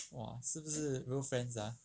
!wah! 是不是 real friends ah